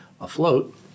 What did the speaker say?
afloat